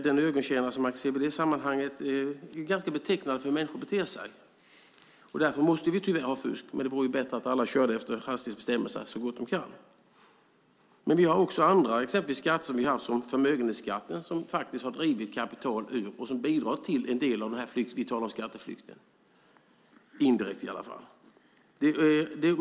Den ögontjänare som man kan se i det sammanhanget är ganska betecknande för hur människor beter sig. Därför måste vi tyvärr ha fusk, men det vore bättre om alla körde efter hastighetsbestämmelserna så gott de kunde. Vi har också andra skatter, exempelvis förmögenhetsskatten, som faktiskt har drivit kapital ur landet och som bidrar till en del av den skatteflykt vi talar om, indirekt i alla fall.